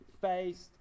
faced